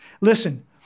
Listen